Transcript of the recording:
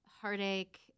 heartache